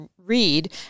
Read